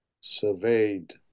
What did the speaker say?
surveyed